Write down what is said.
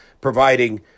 providing